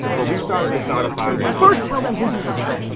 well, we started the startup van. but first tell them who you are.